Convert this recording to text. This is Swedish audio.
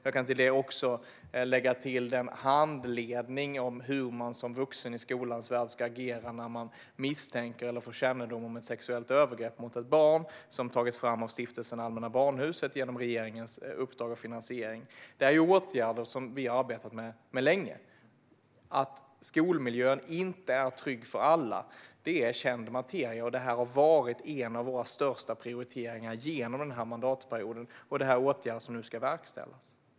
Jag kan också lägga till den handledning om hur en vuxen i skolans värld ska agera när man misstänker eller får kännedom om ett sexuellt övergrepp mot ett barn. Den har tagits fram av Stiftelsen Allmänna Barnhuset genom regeringens uppdrag och finansiering. Att skolmiljön inte är trygg för alla är känt. Och det har varit en av våra största prioriteringar den här mandatperioden. Det här är åtgärder som nu ska verkställas.